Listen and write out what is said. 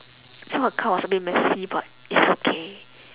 so her car was a bit messy but it's okay